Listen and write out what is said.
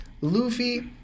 Luffy